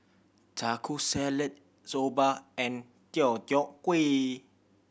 Taco Salad Soba and Deodeok Gui